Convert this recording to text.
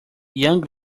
young